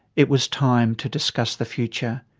it was time to discuss the future.